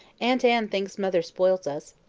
aunt anne thinks mother spoils us.